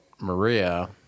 Maria